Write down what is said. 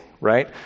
right